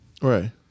Right